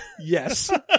Yes